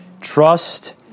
Trust